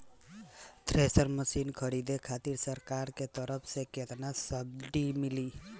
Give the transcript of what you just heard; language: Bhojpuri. थ्रेसर मशीन खरीदे खातिर सरकार के तरफ से केतना सब्सीडी मिली?